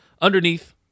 Underneath